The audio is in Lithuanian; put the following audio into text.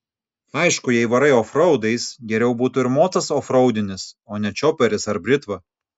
aišku jei varai ofraudais geriau būtų ir mocas ofraudinis o ne čioperis ar britva